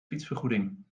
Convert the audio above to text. fietsvergoeding